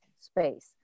space